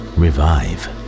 revive